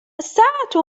الساعة